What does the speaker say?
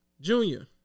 Junior